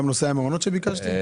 גם נושא המעונות שביקשתי?